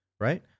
Right